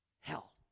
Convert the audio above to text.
Hell